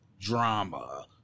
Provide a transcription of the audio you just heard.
drama